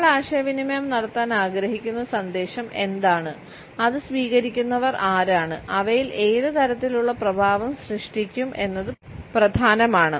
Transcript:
നമ്മൾ ആശയവിനിമയം നടത്താൻ ആഗ്രഹിക്കുന്ന സന്ദേശം എന്താണ് അത് സ്വീകരിക്കുന്നവർ ആരാണ് അവയിൽ ഏത് തരത്തിലുള്ള പ്രഭാവം സൃഷ്ടിക്കും എന്നത് പ്രധാനമാണ്